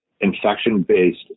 infection-based